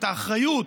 את האחריות,